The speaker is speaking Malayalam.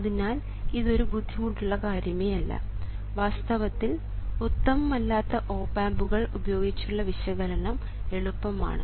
അതിനാൽ ഇത് ഒരു ബുദ്ധിമുട്ടുള്ള കാര്യമേയല്ല വാസ്തവത്തിൽ ഉത്തമം അല്ലാത്ത ഓപ് ആമ്പുകൾ ഉപയോഗിച്ചുള്ള വിശകലനം എളുപ്പമാണ്